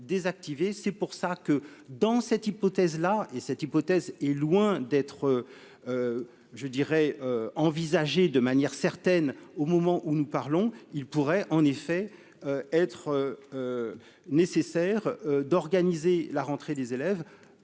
c'est pour ça que, dans cette hypothèse-là et cette hypothèse est loin d'être je dirais envisager de manière certaine, au moment où nous parlons, il pourrait en effet être nécessaire d'organiser la rentrée des élèves